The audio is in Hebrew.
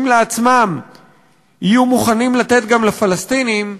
לעצמם הם יהיו מוכנים לתת גם לפלסטינים,